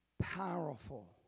powerful